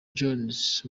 jones